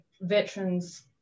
veterans